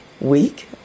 week